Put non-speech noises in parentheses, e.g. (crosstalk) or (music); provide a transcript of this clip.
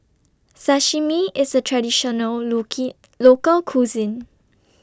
Sashimi IS A Traditional (unintelligible) Local Cuisine